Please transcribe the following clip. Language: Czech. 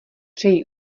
přeji